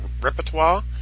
repertoire